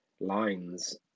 lines